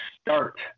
start